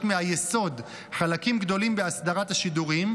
מהיסוד חלקים גדולים באסדרת השידורים,